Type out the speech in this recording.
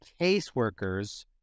caseworkers